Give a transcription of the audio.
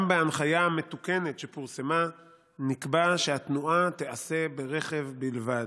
גם בהנחיה המתוקנת שפורסמה נקבע שהתנועה תיעשה ברכב בלבד.